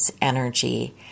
energy